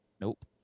Nope